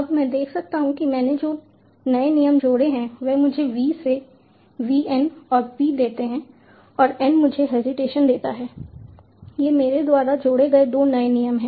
अब मैं देख सकता हूं कि मैंने जो नए नियम जोड़े हैं वे मुझे V से V N और P देते हैं और N मुझे हेजिटेशन देता है ये मेरे द्वारा जोड़े गए 2 नए नियम हैं